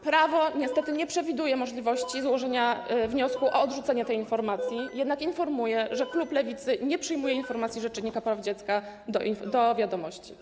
Prawo niestety nie przewiduje możliwości złożenia wniosku o odrzucenie tej informacji, jednak informuję, że klub Lewicy nie przyjmuje informacji rzecznika praw dziecka do wiadomości.